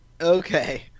Okay